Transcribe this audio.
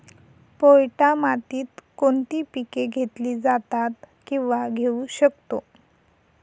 पोयटा मातीत कोणती पिके घेतली जातात, किंवा घेऊ शकतो?